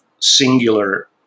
singular